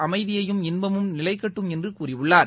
அமைதியும் இன்பமும் நிலைக்கட்டும் என்று கூறியுள்ளார்